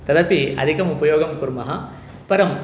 तदपि अधिकम् उपयोगं कुर्मः परम्